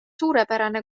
suurepärane